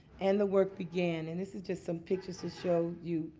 and the work began. and this is just some pictures to show you,